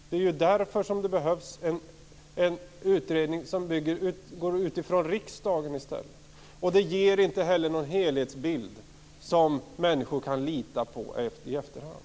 Det är därför som det behövs en utredning som i stället utgår från riksdagen. Det ger inte heller någon helhetsbild som människor kan lita på i efterhand.